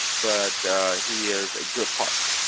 but he is a good partner.